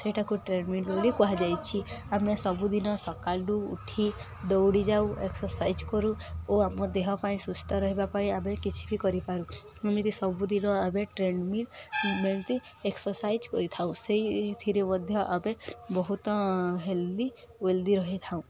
ସେଇଟାକୁ treadmill ବୋଲି କୁହାଯାଇଛି ଆମେ ସବୁଦିନ ସକାଳୁ ଉଠି ଦୌଡ଼ି ଯାଉ ଏକ୍ସର୍ସାଇଜ୍ କରୁ ଓ ଆମ ଦେହ ପାଇଁ ସୁସ୍ଥ ରହିବା ପାଇଁ ଆମେ କିଛି ବି କରିପାରୁ ଏମିତି ସବୁଦିନ ଆମେ ଟ୍ରେଡ଼ ମିଲ୍ ଏକ୍ସର୍ସାଇଜ୍ କରିଥାଉ ସେଇଥିରେ ମଧ୍ୟ ଆମେ ବହୁତ ହେଲ୍ଦି ୱେଲ୍ଦି ରହିଥାଉ